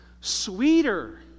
sweeter